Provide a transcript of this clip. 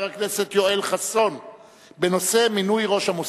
הכנסת יואל חסון בנושא: מינוי ראש המוסד.